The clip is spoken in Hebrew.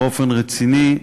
באופן רציני,